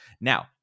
Now